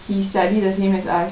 he study the same as us